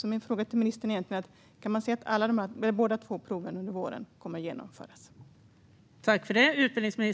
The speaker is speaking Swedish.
Jag vill fråga ministern: Kan man se att båda proven kommer att genomföras under våren?